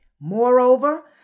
Moreover